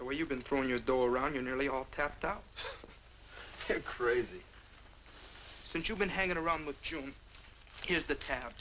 way you've been throwing your door around you nearly all tapped out crazy since you've been hanging around with here's the town